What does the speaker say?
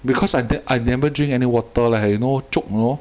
because I d~ I never drink any water leh you know choke you know